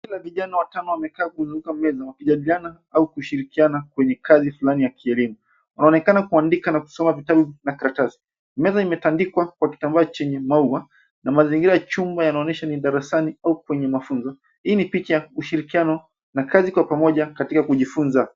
Kundi la vijana watano wamekaa wakizunguka meza wakijadiliana au kushirikiana kwenye kazi flani ya kielimu, wanaonekana kwa andika na kusoma vitabu na kartasi. Meza imetandikwa kwa kitamba chenye maua na mazingira chungwa ina onyesha ni darasani au kwenye mafunzo. Hii ni picha ya ushirikiano na kazi kwa pamoja katika kujifunza.